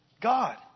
God